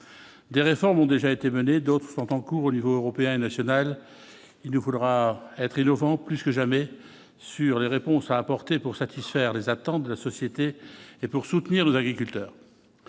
des réformes ont déjà été menées, d'autres sont en cours au niveau européen et national, il nous faudra être innovant, plus que jamais sur les réponses à apporter pour satisfaire les attentes de la société et pour soutenir nos agriculteurs